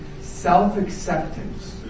Self-acceptance